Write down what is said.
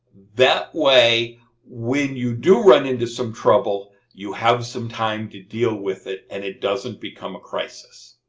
that way when you do run into some trouble you have some time to deal with it and it doesn't become a crisis.